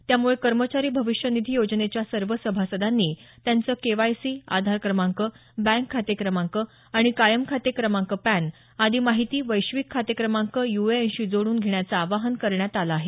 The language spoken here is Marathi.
त्यामुळे कर्मचारी भविष्य निधी योजनेच्या सर्व सभासदांनी त्यांचं केवायसी आधार क्रमांक बँक खाते क्रमांक आणि कायम खातेक्रमांक पॅन आदी माहिती वैश्विक खाते क्रमांक यूएएन शी जोडून घेण्याचं आवाहन करण्यात आलं आहे